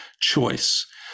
choice